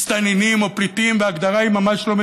מסתננים או פליטים, וההגדרה ממש לא משנה,